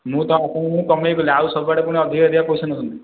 ମୁଁ ତ ଆପଣଙ୍କଠୁ କମେଇକି କହିଲି ଆଉ ସବୁ ଆଡ଼େ ପୁଣି ଅଧିକ ଅଧିକ ପଇସା ନେଉଛନ୍ତି